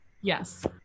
Yes